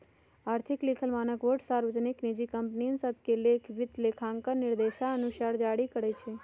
आर्थिक लिखल मानकबोर्ड सार्वजनिक, निजी कंपनि सभके लेल वित्तलेखांकन दिशानिर्देश जारी करइ छै